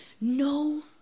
no